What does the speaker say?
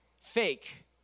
fake